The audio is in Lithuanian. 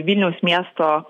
vilniaus miesto